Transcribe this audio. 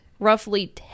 Roughly